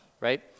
right